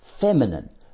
feminine